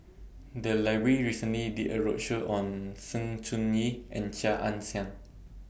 The Library recently did A roadshow on Sng Choon Yee and Chia Ann Siang